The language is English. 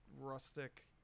rustic